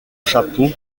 chapeau